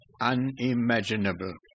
unimaginable